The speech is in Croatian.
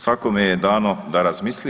Svakome je dano da razmisli.